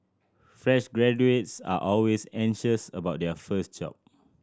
fresh graduates are always anxious about their first job